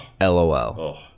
LOL